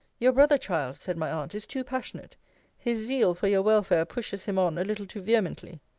your brother, child, said my aunt, is too passionate his zeal for your welfare pushes him on a little too vehemently.